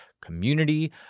community